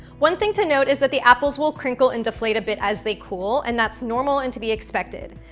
one thing to note is that the apples will crinkle and deflate a bit as they cool and that's normal and to be expected.